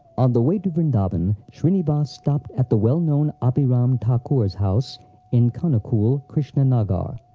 on the way to vrindavan, shrinivas stopped at the well-known abhiram thakur's house in khanakul krishna-nagar,